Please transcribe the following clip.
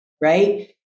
right